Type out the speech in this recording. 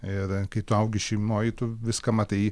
ir kai tu augi šeimoj tu viską matai